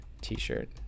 T-shirt